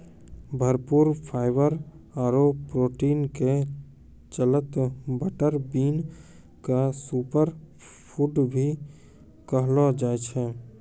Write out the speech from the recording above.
भरपूर फाइवर आरो प्रोटीन के चलतॅ बटर बीन क सूपर फूड भी कहलो जाय छै